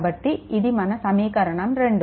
కాబట్టి ఇది మన సమీకరణం 2